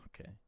okay